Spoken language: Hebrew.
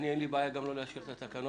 אין לי בעיה גם לא לאשר את התקנות.